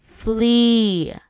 Flee